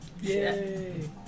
Yay